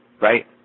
right